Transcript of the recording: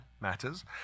matters